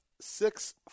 six